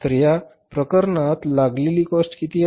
तर या प्रकरणात लागलेली फॅक्टरी कॉस्ट किती आहे